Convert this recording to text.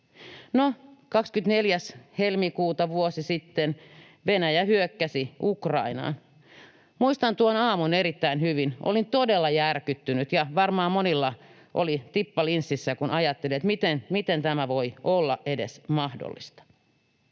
No, 24. helmikuuta vuosi sitten Venäjä hyökkäsi Ukrainaan. Muistan tuon aamun erittäin hyvin. Olin todella järkyttynyt. Varmaan monilla oli tippa linssissä, kun ajatteli, miten tämä voi olla edes mahdollista.